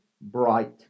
bright